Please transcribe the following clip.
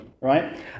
right